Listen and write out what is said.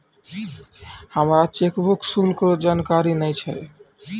हमरा चेकबुक शुल्क रो जानकारी नै छै